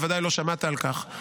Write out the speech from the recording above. בוודאי לא שמעת על כך,